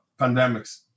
pandemics